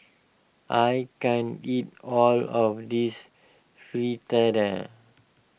I can't eat all of this Fritada